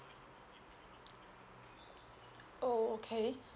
oh okay